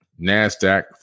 NASDAQ